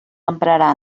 emprarà